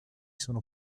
sono